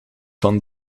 van